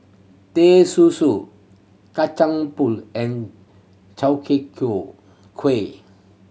Teh Susu Kacang Pool and Chwee Kueh